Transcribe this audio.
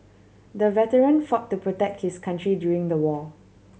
the veteran fought to protect his country during the war